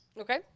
Okay